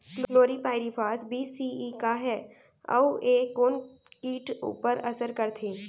Chlorpyrifos बीस CE का हे अऊ ए कोन किट ऊपर असर करथे?